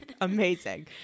amazing